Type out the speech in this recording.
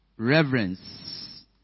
reverence